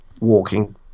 walking